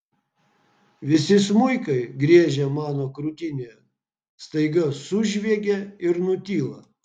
visi smuikai griežę mano krūtinėje staiga sužviegia ir nutyla